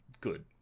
good